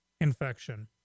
infection